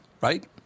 right